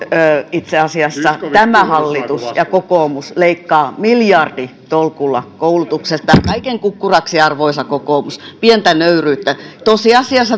itse asiassa tämä hallitus ja kokoomus leikkaavat miljarditolkulla koulutuksesta ja kaiken kukkuraksi arvoisa kokoomus pientä nöyryyttä